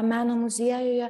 meno muziejuje